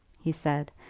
he said,